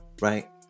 Right